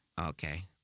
Okay